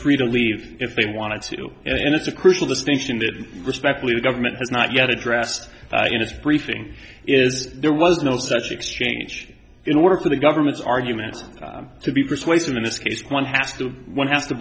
free to leave if they wanted to and it's a crucial distinction that respectfully the government has not yet addressed in its briefing is there was no such exchange in order for the government's argument to be persuasive in this case one have to one have to